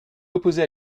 opposé